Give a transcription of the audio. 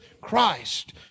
Christ